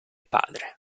padre